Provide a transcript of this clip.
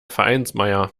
vereinsmeier